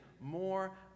more